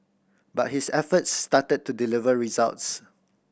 but his efforts started to deliver results